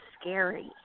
scary